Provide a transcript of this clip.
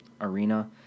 arena